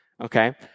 Okay